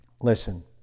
listen